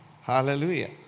Hallelujah